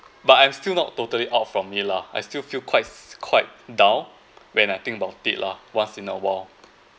but I'm still not totally out from it lah I still feel quite quite down when I think about it lah once in awhile